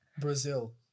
Brazil